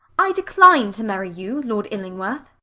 i decline to marry you, lord illingworth.